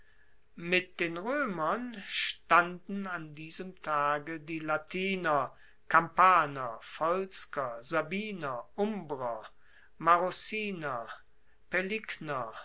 mit den roemern standen an diesem tage die latiner kampaner volsker sabiner umbrer marruciner